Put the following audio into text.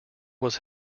was